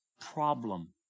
problem